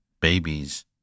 babies